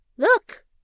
Look